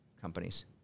companies